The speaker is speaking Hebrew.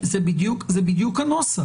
זה בדיוק הנוסח.